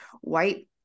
white